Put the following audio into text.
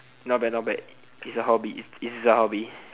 not bad not bad it's a hobby this is a hobby